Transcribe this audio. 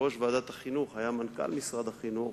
יושב-ראש ועדת החינוך היה מנכ"ל משרד החינוך,